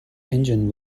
engine